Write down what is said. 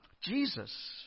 Jesus